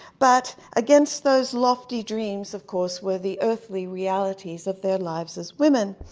but, against those lofty dreams, of course, were the earthly realities of their lives as women,